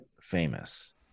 famous